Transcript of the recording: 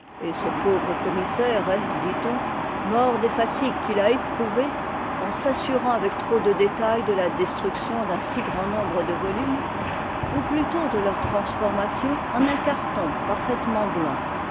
et ce pauvre commissaire est diton mort des fatigues qu'il a éprouvées en s'assurant avec trop de détail de la destruction d'un si grand nombre de volumes ou plutôt de leur transformation en un carton parfaitement blanc